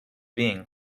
being